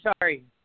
Sorry